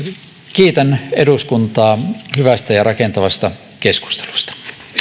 kiitän eduskuntaa hyvästä ja rakentavasta keskustelusta